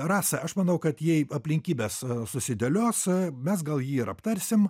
rasa aš manau kad jei aplinkybės susidėlios mes gal jį ir aptarsim